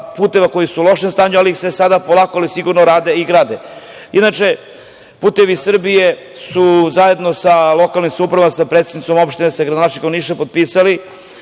puteva koji su u lošijem stanju ali ih se sada polako ali sigurno rade i grade. Inače, „Putevi Srbije“ su zajedno sa lokalnim samoupravama, sa predsednicom opštine, sa gradonačelnikom Niša potpisali